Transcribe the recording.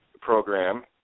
program